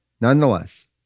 Nonetheless